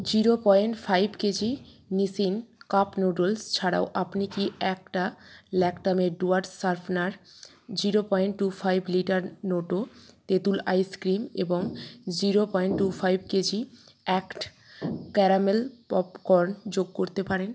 zero point five KG Nissin cup noodles ছাড়াও আপনি কি একটা Lakme dual sharpener zero point two five litre Noto তেঁতুল আইসক্রিম এবং zero point two five KG Act caramel popcorn যোগ করতে পারেন